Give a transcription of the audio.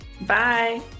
Bye